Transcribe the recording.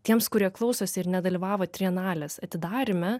tiems kurie klausosi ir nedalyvavo trienalės atidaryme